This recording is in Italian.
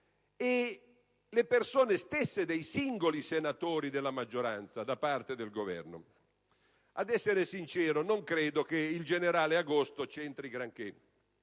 e le persone stesse dei singoli senatori della maggioranza da parte del Governo? Ad essere sincero, non credo che il generale agosto vi entri granché.